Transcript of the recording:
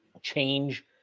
change